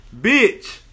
bitch